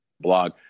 blog